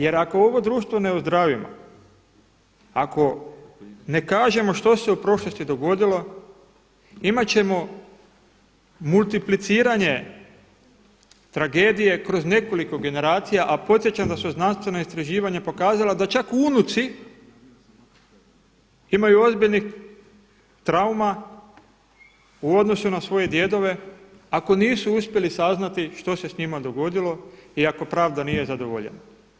Jer ako ovo društvo ne ozdravimo, ako ne kažemo što se u prošlosti dogodilo imati ćemo multipliciranje tragedije kroz nekoliko generacija a podsjećam da su znanstvena istraživanja pokazala da čak unuci imaju ozbiljnih trauma u odnosu na svoje djedove ako nisu uspjeli saznati što se s njima dogodilo i ako pravda nije zadovoljena.